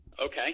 Okay